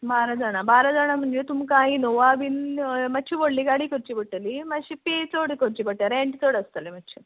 बारा जाणां बारा जाणां म्हणजे तुमकां इनोवा बीन मात्शी व्हडली गाडी करची पडटली मातशी पे चड करची पडटा रँट चड आसतलें मातशें